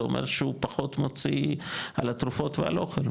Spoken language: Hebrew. זה אומר שהוא פחות מוציא על התרופות ועל אוכל,